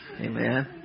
amen